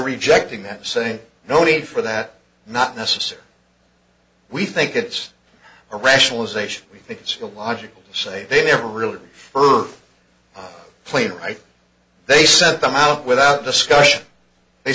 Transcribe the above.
rejecting that saying no need for that not necessary we think it's a rationalization it's a logical say they never really heard the plane right they sent them out without discussion they